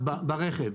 ברכב.